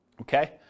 Okay